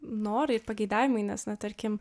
noraiir pageidavimai nes na tarkim